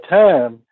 time